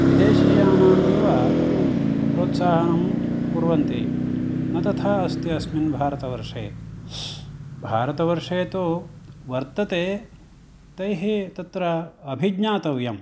विदेशियानाम् एव प्रोत्साहं कुर्वन्ति न तथा अस्ति अस्मिन् भारतवर्षे भारतवर्षे तु वर्तते तैः तत्र अभिज्ञातव्यम्